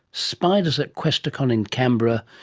spiders at questacon in canberra,